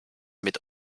mit